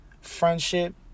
friendship